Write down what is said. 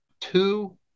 two